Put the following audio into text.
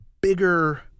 bigger